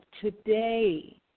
today